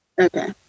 Okay